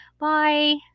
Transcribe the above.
Bye